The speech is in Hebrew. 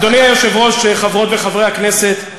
אדוני היושב-ראש, חברות וחברי הכנסת,